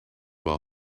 while